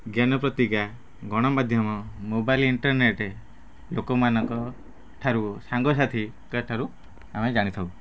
ଜ୍ଞାନ ପତ୍ରିକା ଗଣମାଧ୍ୟମ ମୋବାଇଲ୍ ଇଣ୍ଟର୍ନେଟ୍ ଲୋକମାନଙ୍କଠାରୁ ସାଙ୍ଗ ସାଥିଙ୍କଠାରୁ ଆମେ ଜାଣିଥାଉ